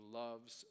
loves